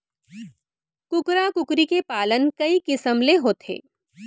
कुकरा कुकरी के पालन कई किसम ले होथे